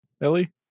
Ellie